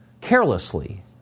carelessly